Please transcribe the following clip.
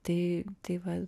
tai tai va